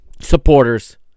supporters